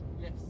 Yes